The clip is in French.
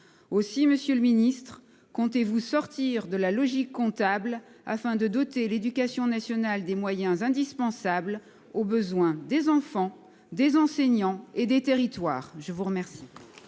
Monsieur le ministre, comptez-vous sortir de la logique comptable afin de doter l'éducation nationale des moyens indispensables aux besoins des enfants, des enseignants et des territoires ? La parole